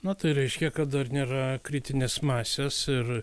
na tai reiškia kad dar nėra kritinės masės ir